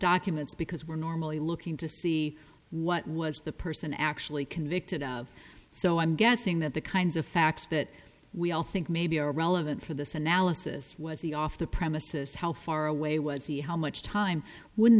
documents because we're normally looking to see what was the person actually convicted so i'm guessing that the kinds of facts that we all think maybe are relevant for this analysis was the off the premises how far away was he how much time wouldn't